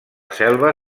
selva